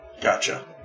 Gotcha